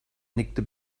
nickte